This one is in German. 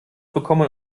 bekommen